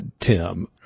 Tim